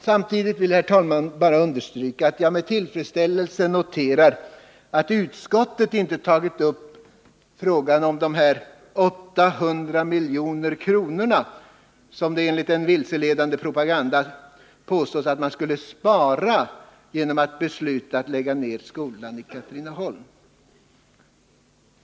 Jag vill, herr talman, understryka att jag med tillfredsställelse noterar att utskottet inte tagit upp frågan om de 8 milj.kr. som det enligt en vilseledande propaganda påstås att man skulle spara genom att besluta att lägga ned skolan i Katrineholm.